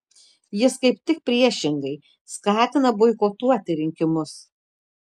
jis kaip tik priešingai skatina boikotuoti rinkimus